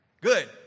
Good